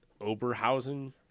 Oberhausen